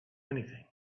anything